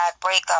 breakup